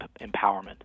empowerment